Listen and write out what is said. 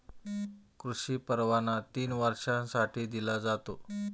कृषी परवाना तीन वर्षांसाठी दिला जातो